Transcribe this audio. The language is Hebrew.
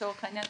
לצורך העניין,